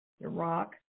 Iraq